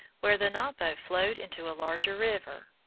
where the napo flowed into a larger river.